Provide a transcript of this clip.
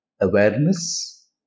awareness